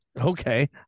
okay